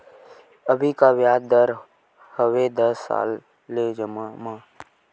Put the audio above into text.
अभी का ब्याज दर हवे दस साल ले जमा मा?